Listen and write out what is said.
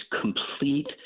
complete